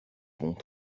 temps